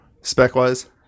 spec-wise